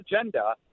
agenda